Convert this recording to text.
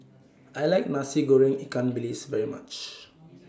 I like Nasi Goreng Ikan Bilis very much